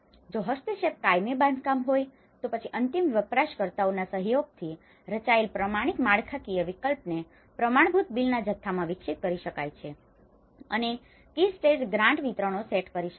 જો હસ્તક્ષેપ કાયમી બાંધકામ હોય તો પછી અંતિમ વપરાશકર્તાઓના સહયોગથી રચાયેલ પ્રમાણિત માળખાકીય વિકલ્પોને પ્રમાણભૂત બિલના જથ્થામાં વિકસિત કરી શકાય છે અને કી સ્ટેજ ગ્રાન્ટ વિતરણો સેટ કરી શકાય છે